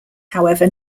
however